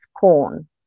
corn